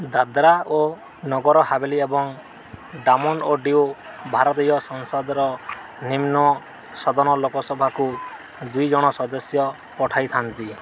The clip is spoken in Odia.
ଦାଦ୍ରା ଓ ନଗର ହାବେଳୀ ଏବଂ ଡାମନ ଓ ଡିଉ ଭାରତୀୟ ସଂସଦର ନିମ୍ନ ସଦନ ଲୋକସଭାକୁ ଦୁଇଜଣ ସଦସ୍ୟ ପଠାଇଥାନ୍ତି